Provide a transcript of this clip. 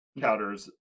counters